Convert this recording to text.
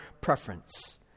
preference